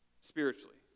spiritually